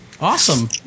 Awesome